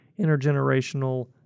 intergenerational